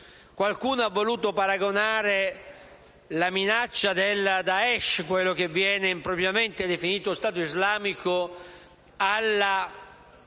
Qualcuno ha voluto paragonare la minaccia del Daesh, quello che viene impropriamente definito Stato islamico, alla